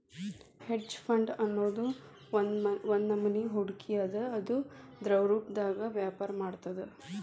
hedge fund ಅನ್ನೊದ್ ಒಂದ್ನಮನಿ ಹೂಡ್ಕಿ ಅದ ಅದು ದ್ರವರೂಪ್ದಾಗ ವ್ಯಾಪರ ಮಾಡ್ತದ